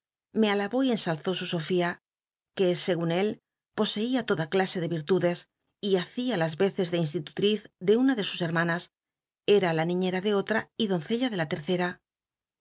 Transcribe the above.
me alabó y ensalzó su sofía que segun él poseía toda clase de virtudes y hacia las veces de institutriz de una de sus hermanas era la niñera de otra y doncella de la tetcera